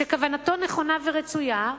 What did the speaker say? שכוונתו נכונה ורצויה,